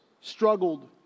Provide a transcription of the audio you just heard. struggled